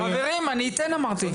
חברים, אני אתן אמרתי.